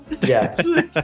Yes